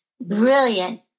brilliant